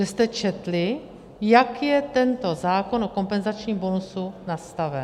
Že jste četli, jak je tento zákon o kompenzačním bonusu nastaven.